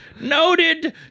Noted